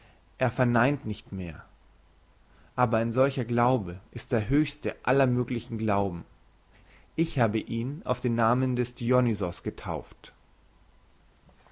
er verneint nicht mehr aber ein solcher glaube ist der höchste aller möglichen glauben ich habe ihn auf den namen des dionysos getauft